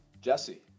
Jesse